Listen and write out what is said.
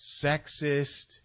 sexist